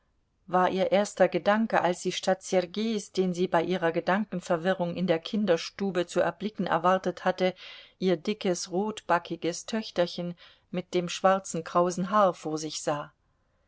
war ihr erster gedanke als sie statt sergeis den sie bei ihrer gedankenverwirrung in der kinderstube zu erblicken erwartet hatte ihr dickes rotbackiges töchterchen mit dem schwarzen krausen haar vor sich sah